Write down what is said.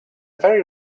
very